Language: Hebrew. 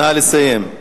נא לסיים.